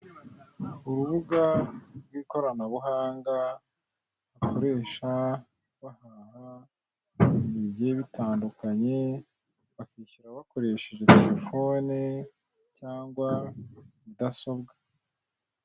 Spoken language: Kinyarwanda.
Urubuga rw'ikoranabuhanga bakoresha bahaha ibintu bigiye bitandukanye, bakishyura bakoresheje telefone cyangwa mudasobwa.